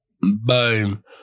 Boom